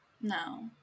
no